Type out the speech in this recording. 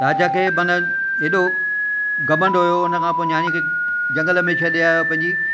राजा खे माना एॾो घमंड हुओ उनखां पोइ नियाणी खे जंगल में छॾे आहियो पंहिंजी